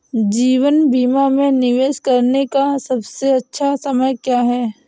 जीवन बीमा में निवेश करने का सबसे अच्छा समय क्या है?